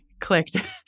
clicked